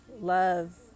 love